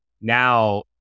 now